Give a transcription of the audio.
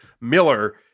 Miller